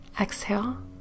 Exhale